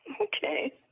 Okay